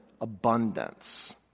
abundance